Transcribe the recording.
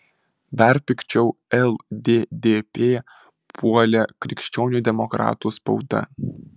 dar pikčiau lddp puolė krikščionių demokratų spauda